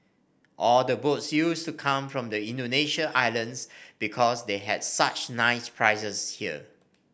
all the boats used to come from the Indonesian islands because they had such nice prizes here